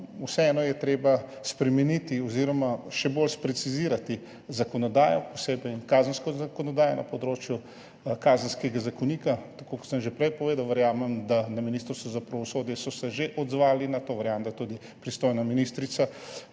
vseeno treba spremeniti oziroma še bolj precizirati zakonodajo, posebej kazensko zakonodajo na področju Kazenskega zakonika. Tako kot sem že prej povedal, verjamem, da so se na Ministrstvu za pravosodje že odzvali na to, verjamem, da je tudi pristojna ministrica